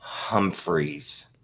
Humphreys